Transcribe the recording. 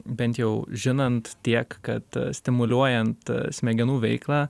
bent jau žinant tiek kad stimuliuojant smegenų veiklą